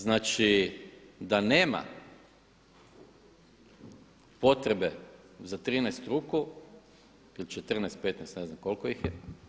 Znači da nema potrebe za 13 ruku ili 14, 15 ne znam koliko ih je.